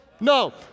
No